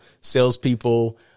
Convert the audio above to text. salespeople